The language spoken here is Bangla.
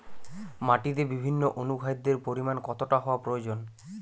মাটিতে বিভিন্ন অনুখাদ্যের পরিমাণ কতটা হওয়া প্রয়োজন?